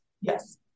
Yes